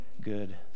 good